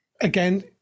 Again